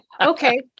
Okay